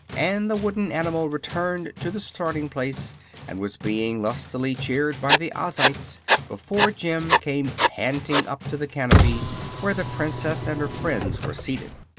and the wooden animal returned to the starting place and was being lustily cheered by the ozites before jim came panting up to the canopy where the princess and her friends were seated.